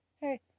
hey